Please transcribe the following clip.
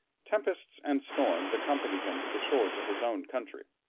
tempests and storms accompanied him to the shores of his own country.